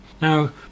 Now